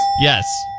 Yes